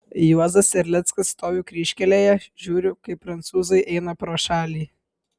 juozas erlickas stoviu kryžkelėje žiūriu kaip prancūzai eina pro šalį